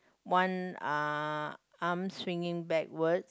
one uh arm swinging backwards